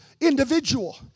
individual